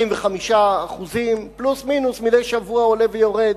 125% פלוס מינוס, מדי שבוע עולה ויורד,